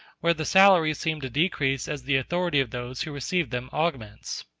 where the salaries seem to decrease as the authority of those who receive them augments